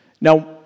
Now